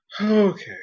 Okay